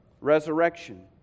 resurrection